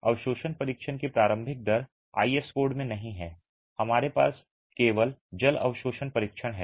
अवशोषण परीक्षण की प्रारंभिक दर आईएस कोड में नहीं है हमारे पास केवल जल अवशोषण परीक्षण है